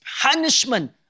punishment